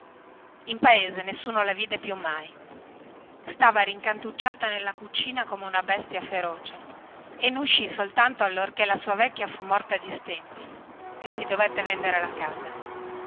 era che stava rincantucciata nella cucina come una bestia feroce e ne uscì soltanto allorchè la sua vecchia fu morta di stenti e dovette vendere la casa